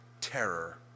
terror